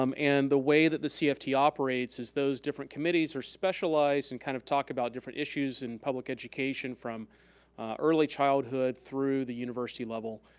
um and the way that the cft operates is those different committees are specialized and kind of talk about different issues in public education from early childhood through the university level.